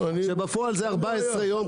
כשבפועל זה 14 יום,